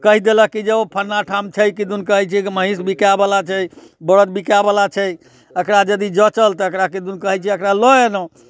कहि देलक कि ओ फल्लाँ ठाम छै किदुन कहै छै महीँस बिकायवला छै बरद बिकायवला छै एकरा यदि जँचल तऽ एकरा किदुन कहै छै एकरा लऽ अयलहुँ